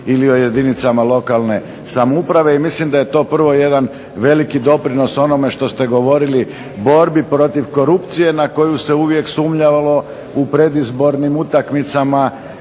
ili o jedinicama lokalne samouprave i mislim da je to prvo jedan veliki doprinos onome što ste govorili, borbi protiv korupcije na koju se uvijek sumnjalo u predizbornim utakmicama.